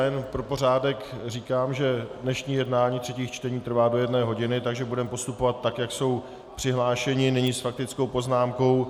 Jen pro pořádek říkám, že dnešní projednávání třetích čtení trvá do jedné hodiny, takže budeme postupovat tak, jak jsou přihlášení nyní s faktickou poznámkou.